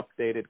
updated